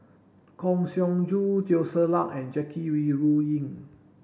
Kang Siong Joo Teo Ser Luck and Jackie Yi Ru Ying